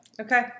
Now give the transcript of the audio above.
Okay